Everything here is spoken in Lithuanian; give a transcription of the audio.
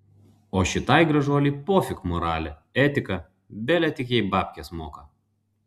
o šitai gražuolei pofik moralė etika bele tik jai babkes moka